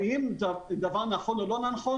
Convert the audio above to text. האם זה דבר נכון או לא נכון?